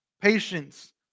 patience